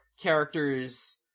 characters